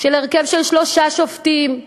בהרכב של שלושה שופטים.